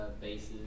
bases